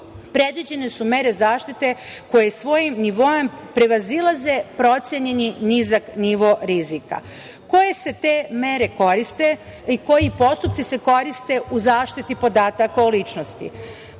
predviđene su mere zaštite koje svojim nivoom prevazilaze procenjeni nizak nivo rizika. Koje se te mere koriste i koji postupci se koriste u zaštiti podataka o ličnosti?